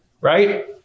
right